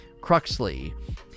Cruxley